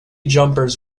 jumpers